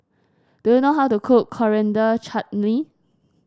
do you know how to cook Coriander Chutney